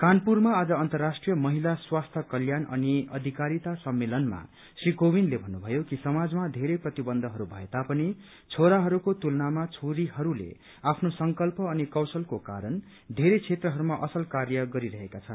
कानपुरमा आज अन्तराष्ट्रीय महिला स्वास्थ्य कल्याण अनि अधिकारित सम्मेलनमा श्री कोविन्दले भन्नुभयो कि समाजमा धेरै प्रतिबन्धहरू भए तापनि छोराहरूको तुलनामा छोरीहरूले आफ्नो संकल्प अनि कौशलको कारण धेरै क्षेत्रहरूमा असल कार्य गरिरहेका छन्